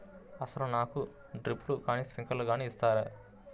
అసలు నాకు డ్రిప్లు కానీ స్ప్రింక్లర్ కానీ ఇస్తారా?